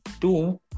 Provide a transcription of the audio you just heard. Two